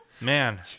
Man